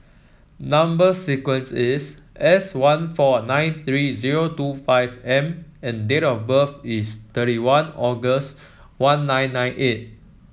number sequence is S one four nine three zero two five M and date of birth is thirty one August one nine nine eight